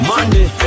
Monday